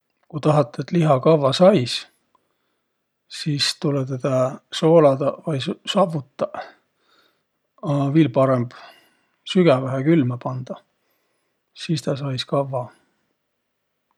Ku tahat, et liha kavva sais, sis tulõ tedä sooladaq vai su- savvutaq, a viil parõmb sügävähekülmä pandaq. Sis tä sais kavva.